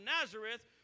Nazareth